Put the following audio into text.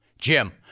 Jim